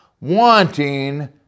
wanting